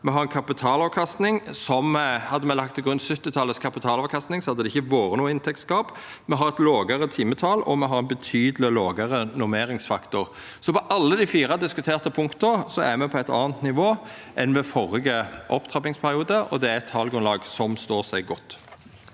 Me har ei kapitalavkastning som – hadde me lagt til grunn 1970-talets kapitalavkastning, hadde det ikkje vore noko inntektsgap. Me har eit lågare timetal, og me har betydeleg lågare normeringsfaktor. Så på alle dei fire diskuterte punkta, er me på eit anna nivå enn ved førre opptrappingsperiode, og det er eit talgrunnlag som står seg godt.